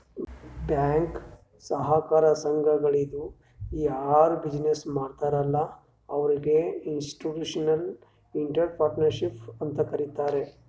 bank, ಸಹಕಾರ ಸಂಘಗಳದು ಯಾರ್ ಬಿಸಿನ್ನೆಸ್ ಮಾಡ್ತಾರ ಅಲ್ಲಾ ಅವ್ರಿಗ ಇನ್ಸ್ಟಿಟ್ಯೂಷನಲ್ ಇಂಟ್ರಪ್ರಿನರ್ಶಿಪ್ ಅಂತೆ ಕರಿತಾರ್